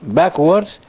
backwards